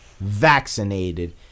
vaccinated